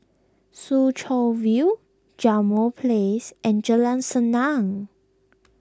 Soo Chow View Jambol Place and Jalan Senang